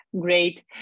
Great